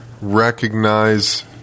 recognize